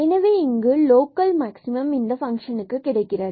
எனவே இங்கு local maximum இந்த ஃபங்ஷனுக்கு கிடைக்கிறது